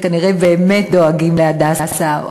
שכנראה באמת דואגים ל"הדסה",